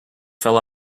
fell